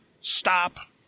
stop